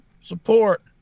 support